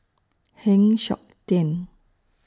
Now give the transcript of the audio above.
Heng Siok Tian